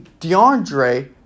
DeAndre